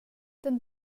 den